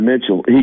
Mitchell